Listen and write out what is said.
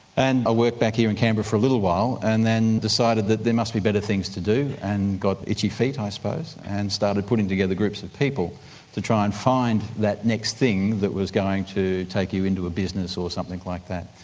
and i ah worked back here in canberra for a little while and then decided that there must be better things to do and got itchy feet, i suppose, and started putting together groups of people to try and find that next thing that was going to take you into a business or something like that.